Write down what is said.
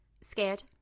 scared